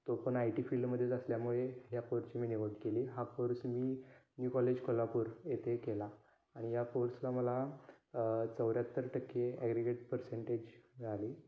तो पण I T फिल्डमधेच असल्यामुळे या कोर्सची मी निवड केली हा कोर्स मी न्यू कॉलेज कोल्हापूर येथे केला आणि या कोर्सला मला अ चौऱ्याहत्तर टक्के ॲग्रीगेट पर्सेंटेज मिळाले